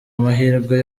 amahirwe